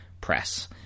Press